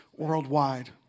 Worldwide